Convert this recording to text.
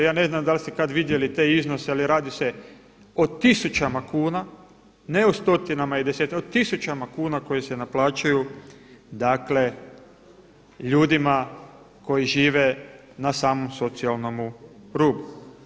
Ja ne znam da li ste kad vidjeli te iznose ali radi se o tisućama kuna, ne o stotinama i desetinama, o tisućama kuna koje se naplaćuju, dakle ljudima koji žive na samom socijalnom rubu.